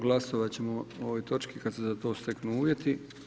Glasovat ćemo o ovoj točki kad se za to steknu uvjeti.